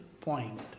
point